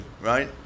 right